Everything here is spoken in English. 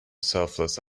selfless